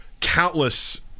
countless